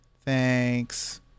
Thanks